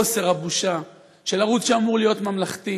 חוסר הבושה, של ערוץ שאמור להיות ממלכתי,